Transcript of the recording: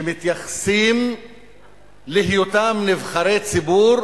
שמתייחסים להיותם נבחרי ציבור